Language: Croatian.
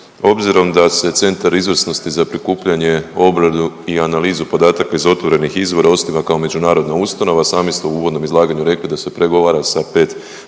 obzirom da se Centar izvrsnosti za prikupljanje, obradu i analizu podataka iz otvorenih izvora osniva kao međunarodna ustanova sami ste u uvodnom izlaganju rekli da se pregovara sa 5